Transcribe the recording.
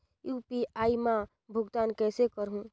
UPI मा भुगतान कइसे करहूं?